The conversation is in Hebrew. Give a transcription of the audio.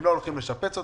הם לא הולכים לשפץ אותו,